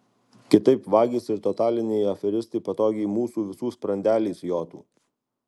kitaip vagys ir totaliniai aferistai patogiai mūsų visų sprandeliais jotų